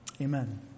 Amen